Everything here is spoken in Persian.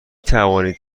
توانید